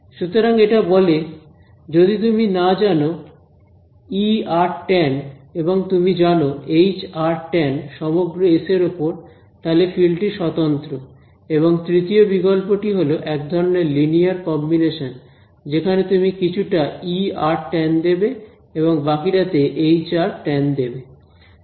সুতরাং এটা বলে যদি তুমি না জানো tan এবং যদি তুমি জানো tan সমগ্র এস এর ওপর তাহলে ফিল্ড টি স্বতন্ত্র এবং তৃতীয় বিকল্পটি হল এক ধরনের লিনিয়ার কম্বিনেশন যেখানে তুমি কিছুটা tan দেবে এবং বাকিটা তে tan দেবে